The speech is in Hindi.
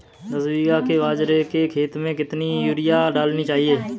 दस बीघा के बाजरे के खेत में कितनी यूरिया डालनी चाहिए?